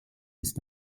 ist